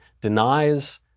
denies